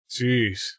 Jeez